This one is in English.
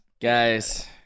Guys